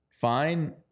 fine